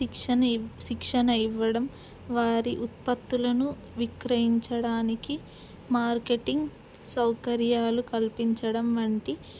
శిక్షణ శిక్షణ ఇవ్వడం వారి ఉత్పత్తులను విక్రయించడానికి మార్కెటింగ్ సౌకర్యాలు కల్పించడం వంటి